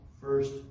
first